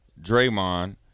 draymond